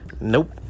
Nope